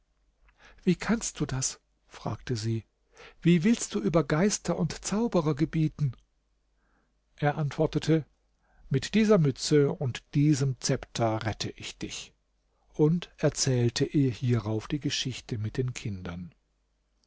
wie kannst du das fragte sie wie willst du über geister und zauberer gebieten er antwortete mit dieser mütze und diesem zepter rette ich dich und erzählte ihr hierauf die geschichte mit den kindern